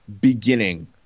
beginning